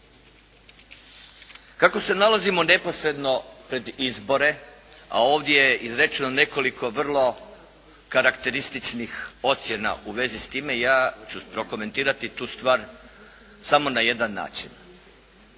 Kako se nalazimo neposredno pred izbore a ovdje je izrečeno nekoliko vrlo karakterističnih ocjena u vezi s time ja ću prokomentirati tu stvar samo na jedan način.